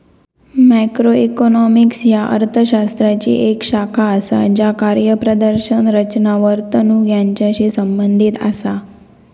macroeconomics ह्या अर्थ शास्त्राची येक शाखा असा ज्या कार्यप्रदर्शन, रचना, वर्तणूक यांचाशी संबंधित असा